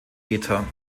ether